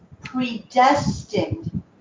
predestined